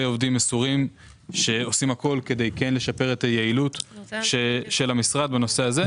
עובדים מסורים שעושים הכול כדי לשפר את היעילות של המשרד בנושא הזה.